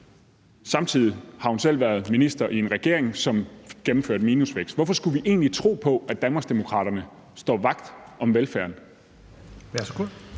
Samtidig har hun selv været minister i en regering, som gennemførte minusvækst. Hvorfor skulle vi egentlig tro på, at Danmarksdemokraterne står vagt om velfærden?